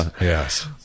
yes